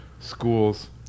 schools